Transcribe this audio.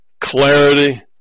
clarity